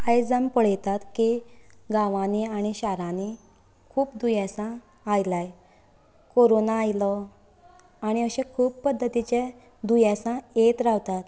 आयज आमी पळयतात की गावांनीं आनी शारांनीं खूब दुयेंसां आयलाय कोरोना आयलो आनी अशें खूब पद्धतीची दुयेंसां येत रावतात